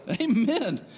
amen